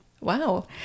Wow